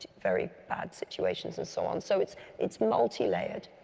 very bad situations and so on. so it's it's multi-layered,